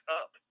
up